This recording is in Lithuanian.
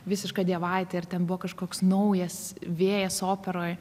visiška dievaitė ir ten buvo kažkoks naujas vėjas operoj